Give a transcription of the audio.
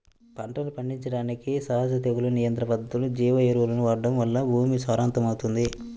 పంటలను పండించడానికి సహజ తెగులు నియంత్రణ పద్ధతులు, జీవ ఎరువులను వాడటం వలన భూమి సారవంతమవుతుంది